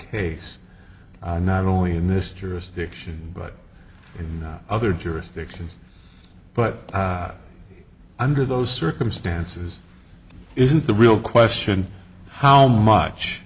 case not only in this jurisdiction but in other jurisdictions but i'm sure those circumstances isn't the real question how much